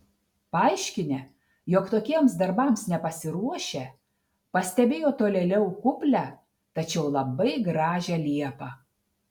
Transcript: paaiškinę jog tokiems darbams nepasiruošę pastebėjo tolėliau kuplią tačiau labai gražią liepą